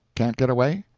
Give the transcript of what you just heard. can't get away?